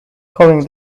calling